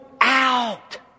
out